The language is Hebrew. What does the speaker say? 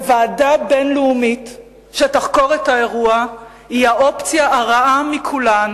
ועדה בין-לאומית שתחקור את האירוע היא האופציה הרעה מכולן,